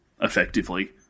effectively